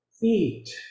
feet